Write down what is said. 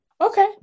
Okay